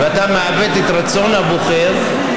ואתה מעוות את רצון הבוחר,